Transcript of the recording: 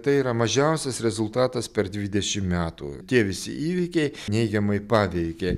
tai yra mažiausias rezultatas per dvidešim metų tie visi įvykiai neigiamai paveikė